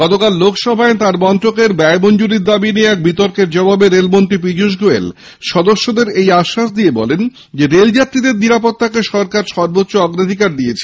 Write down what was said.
গতকাল লোকসভায় তাঁর মন্ত্রকের ব্যয় মঞ্জুরির দাবি নিয়ে এক বিতর্কের জবাবে রেলমন্ত্রী পীযুষ গোয়েল সদস্যদের এই আশ্বাস দিয়ে বলেন রেলযাত্রীদের নিরাপত্তাকে সরকার সর্বোচ্চ অগ্রাধিকার দিয়েছে